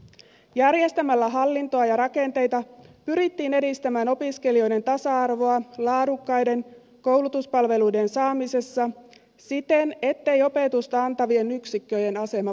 järjestämällä hallintoa ja rakenteita pyrittiin edistämään opiskelijoiden tasa arvoa laadukkaiden koulutuspalveluiden saamisessa siten ettei opetusta antavien yksikköjen asema vaarantuisi